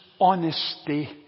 honesty